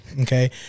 Okay